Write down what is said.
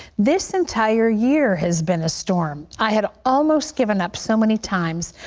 this entire year has been a storm. i have almost given up so many times,